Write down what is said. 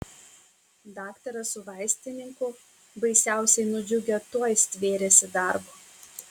daktaras su vaistininku baisiausiai nudžiugę tuoj stvėrėsi darbo